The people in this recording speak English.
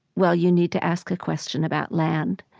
well, you need to ask a question about land.